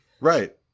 right